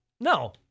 No